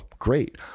great